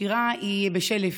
שירה היא בשל"פ,